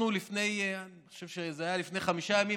לפני חמישה ימים,